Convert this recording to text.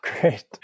great